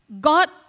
God